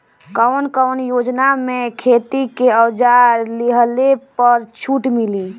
कवन कवन योजना मै खेती के औजार लिहले पर छुट मिली?